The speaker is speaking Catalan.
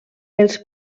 els